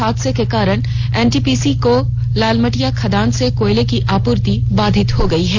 हादसे के कारण एनटीपीसी को ललमटिया खदान से कोयले की आपूर्ति बाधित हो गयी है